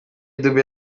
dube